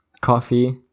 coffee